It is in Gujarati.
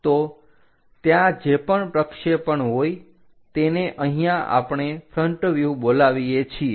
તો ત્યાં જે પણ પ્રક્ષેપણ હોય તેને અહીંયા આપણે ફ્રન્ટ વ્યુહ બોલાવીએ છીએ